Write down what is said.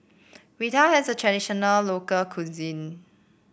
raita is a traditional local cuisine